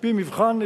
על-פי מבחן,